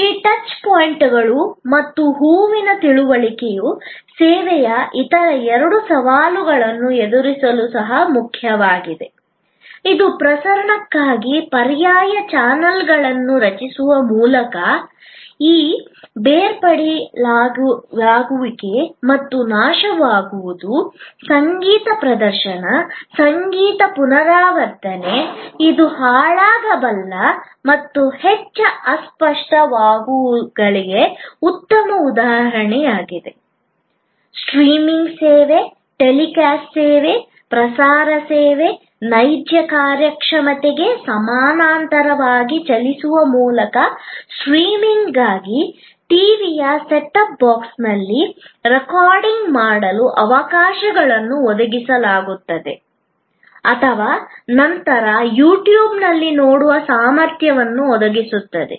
ಈ ಟಚ್ ಪಾಯಿಂಟ್ಗಳು ಮತ್ತು ಹೂವಿನ ತಿಳುವಳಿಕೆಯು ಸೇವೆಯ ಇತರ ಎರಡು ಸವಾಲುಗಳನ್ನು ಎದುರಿಸಲು ಸಹ ಮುಖ್ಯವಾಗಿದೆ ಇದು ಪ್ರಸರಣಕ್ಕಾಗಿ ಪರ್ಯಾಯ ಚಾನಲ್ಗಳನ್ನು ರಚಿಸುವ ಮೂಲಕ ಈ ಬೇರ್ಪಡಿಸಲಾಗದಿರುವಿಕೆ ಮತ್ತು ನಾಶವಾಗುವುದು ಸಂಗೀತ ಪ್ರದರ್ಶನ ಸಂಗೀತ ಪುನರಾವರ್ತನೆ ಇದು ಹಾಳಾಗಬಲ್ಲ ಮತ್ತು ಹೆಚ್ಚು ಅಸ್ಪಷ್ಟವಾದವುಗಳಿಗೆ ಉತ್ತಮ ಉದಾಹರಣೆಯಾಗಿದೆ ಸ್ಟ್ರೀಮಿಂಗ್ ಸೇವೆ ಟೆಲಿಕಾಸ್ಟ್ ಸೇವೆ ಪ್ರಸಾರ ಸೇವೆ ನೈಜ ಕಾರ್ಯಕ್ಷಮತೆಗೆ ಸಮಾನಾಂತರವಾಗಿ ಚಲಿಸುವ ಮೂಲಕ ಸ್ಟ್ರೀಮಿಂಗ್ಗಾಗಿ ಟಿವಿಯ ಸೆಟಪ್ ಬಾಕ್ಸ್ನಲ್ಲಿ ರೆಕಾರ್ಡಿಂಗ್ ಮಾಡಲು ಅವಕಾಶಗಳನ್ನು ಒದಗಿಸುತ್ತದೆ ಅಥವಾ ನಂತರ ಯೂಟ್ಯೂಬ್ನಲ್ಲಿ ನೋಡುವ ಸಾಮರ್ಥ್ಯವನ್ನು ಒದಗಿಸುತ್ತದೆ